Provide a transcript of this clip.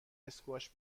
اسکواش